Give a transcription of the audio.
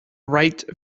right